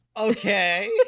Okay